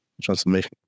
transformation